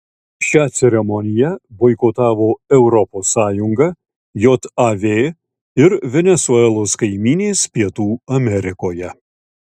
šią ceremoniją boikotavo europos sąjunga jav ir venesuelos kaimynės pietų amerikoje